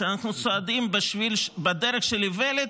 אנחנו צועדים בשביל בדרך של איוולת,